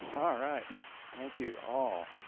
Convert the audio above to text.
alright thank you all.